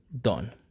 done